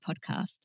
podcast